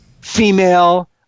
female